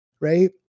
Right